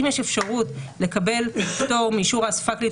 אם יש אפשרות לקבל פטור מאישור האספה הכללית,